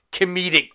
comedic